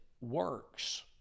works